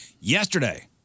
Yesterday